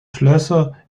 schlösser